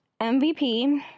mvp